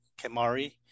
Kemari